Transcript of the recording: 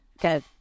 Go